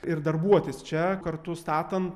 ir darbuotis čia kartu statan